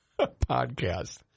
podcast